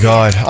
God